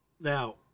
now